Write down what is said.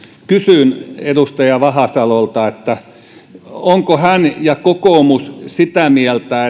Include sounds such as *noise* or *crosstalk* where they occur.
kysyn edustaja vahasalolta onko hän ja onko kokoomus sitä mieltä *unintelligible*